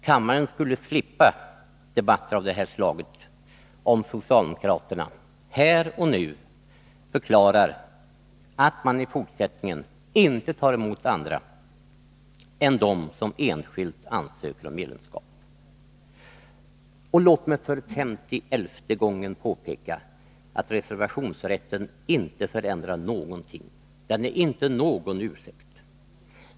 Kammaren skulle slippa debatter av det här slaget, om socialdemokraterna här och nu förklarade att man i fortsättningen inte tar emot andra än dem som enskilt ansöker om medlemskap. Och låt mig för femtioelfte gången påpeka att reservationsrätten inte förändrar någonting — den är inte någon ursäkt!